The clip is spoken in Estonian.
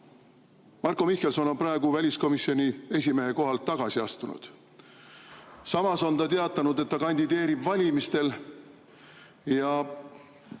Marko Mihkelson on praegu väliskomisjoni esimehe kohalt tagasi astunud. Samas on ta teatanud, et ta kandideerib valimistel ja